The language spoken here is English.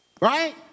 Right